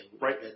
Right